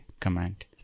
command